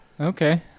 Okay